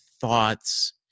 thoughts